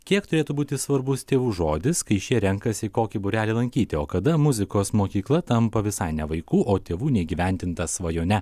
kiek turėtų būti svarbus tėvų žodis kai šie renkasi kokį būrelį lankyti o kada muzikos mokykla tampa visai ne vaikų o tėvų neįgyvendinta svajone